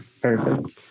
perfect